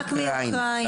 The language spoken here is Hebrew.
רק מאוקראינה.